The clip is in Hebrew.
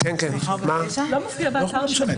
זה לא מופיע באתר.